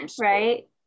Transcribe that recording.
Right